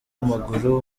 w’amaguru